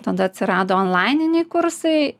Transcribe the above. tada atsirado onlaininiai kursai